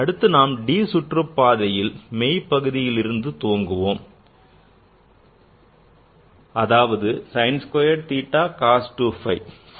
அடுத்து நாம் d சுற்றுப்பாதையில் மெய் பகுதியிலிருந்து துவங்குவோம் அதாவது sin squared theta cos 2 phi